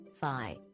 phi